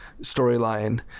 storyline